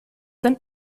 zen